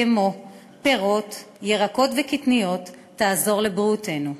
כמו פירות, ירקות וקטניות, תעזור לבריאותנו,